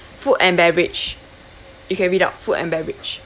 food and beverage you can read up food and beverage